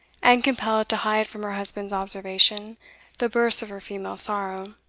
and compelled to hide from her husband's observation the bursts of her female sorrow.